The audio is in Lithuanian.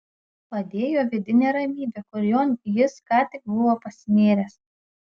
padėjo vidinė ramybė kurion jis ką tik buvo pasinėręs